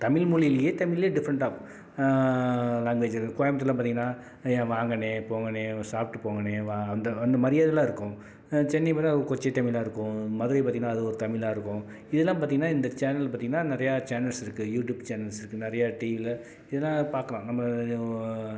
தமிழ் மொழியிலையே தமிழ்லே different of language இருக்கு கோயமுத்தூர் எல்லாம் பார்த்திங்கனா வாங்க அண்ணே போங்க அண்ணே சாப்பிட்டு போங்க அண்ணே வ அந்த அந்த மரியாதை எல்லாம் இருக்கும் சென்னை பார்த்தா கொச்சை தமிழா இருக்கும் மதுரை பார்த்திங்கனா அது ஒரு தமிழா இருக்கும் இதெல்லாம் பார்த்திங்கனா இந்த சேனல் பார்த்திங்கனா நிறையா சேனல்ஸ் இருக்கு யூடியூப் சேனல்ஸ் இருக்கு நிறையா டிவியில இதெலாம் பார்க்குலாம் நம்ம